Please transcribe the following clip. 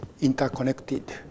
interconnected